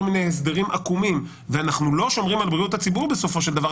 מיני הסדרים עקומים ואנחנו לא שומרים על בריאות הציבור בסופו של דבר,